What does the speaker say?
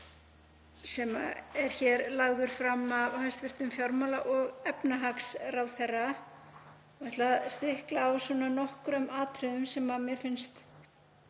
sem er hér lagður fram af hæstv. fjármála- og efnahagsráðherra. Ég ætla að stikla á nokkrum atriðum sem mér finnst